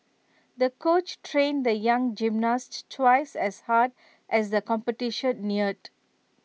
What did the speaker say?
the coach trained the young gymnast twice as hard as the competition neared